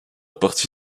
parti